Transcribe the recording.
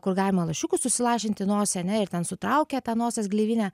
kur galima lašiukų susilašinti į nosį ane ir ten sutraukia tą nosies gleivinę